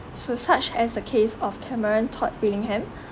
so such as the case of cameron todd willingham